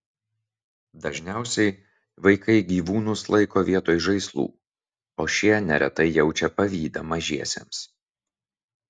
dažniausiai vaikai gyvūnus laiko vietoj žaislų o šie neretai jaučia pavydą mažiesiems